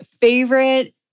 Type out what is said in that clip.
favorite